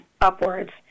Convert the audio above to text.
upwards